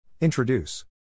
Introduce